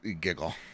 giggle